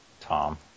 Tom